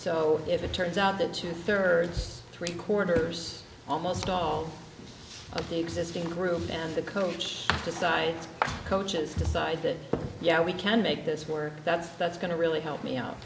so if it turns out that two thirds three quarters almost all of the existing group and the coach decides coaches decide that yeah we can make this work that's that's going to really help me out